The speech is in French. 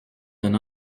d’un